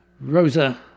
rosa